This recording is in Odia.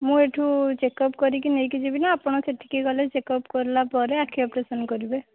ମୁଁ ଏଠୁ ଚେକଅପ୍ କରିକି ନେଇକି ଯିବିନା ଆପଣ ସେଠିକି ଗଲେ ଚେକଅପ୍ କଲାପରେ ଆଖି ଅପରେସନ୍ କରିବେ